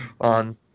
on